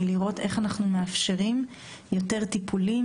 היא לראות איך אנחנו מאפשרים יותר טיפולים,